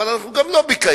אבל אנחנו גם לא בקהיר,